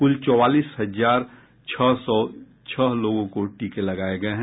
कल चौवालीस हजार छह सौ छह लोगों को टीके लगाये गये हैं